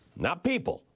not people.